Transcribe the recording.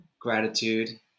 gratitude